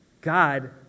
God